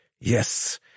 Yes